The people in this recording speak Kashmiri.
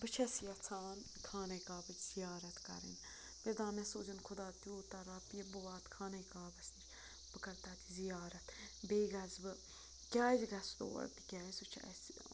بہٕ چھَس یَژھان خانہ کعبٕچ زیارت کَرٕنۍ مےٚ سوزِن خۄدا تیوٗتاہ رۄپیہِ بہٕ واتہٕ خانہ کعبَس نہِ بہٕ کَرٕ تَتہِ زیارَت بیٚیہِ گَژھٕ بہٕ کیٛازِ گژھٕ تور تِکیٛازِ سُہ چھُ اَسہِ